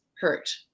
hurt